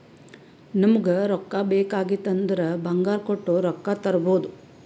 ನಮುಗ್ ರೊಕ್ಕಾ ಬೇಕ್ ಆಗಿತ್ತು ಅಂದುರ್ ಬಂಗಾರ್ ಕೊಟ್ಟು ರೊಕ್ಕಾ ತರ್ಬೋದ್